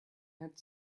had